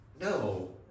No